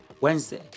Wednesday